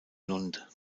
lund